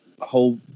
whole